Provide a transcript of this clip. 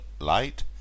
light